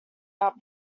our